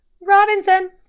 Robinson